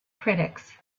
critics